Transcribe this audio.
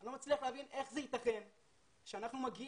אני לא מצליח להבין איך זה יתכן שאנחנו מגיעים,